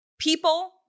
People